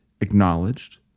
acknowledged